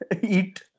eat